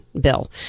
bill